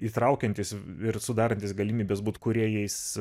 įtraukiantys ir sudarantys galimybes būt kūrėjais